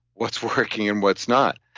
what's working and what's not.